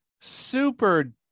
super